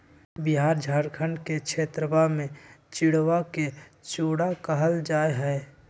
बिहार झारखंड के क्षेत्रवा में चिड़वा के चूड़ा कहल जाहई